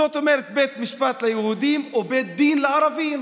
זאת אומרת בית משפט ליהודים או בית דין לערבים,